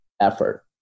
effort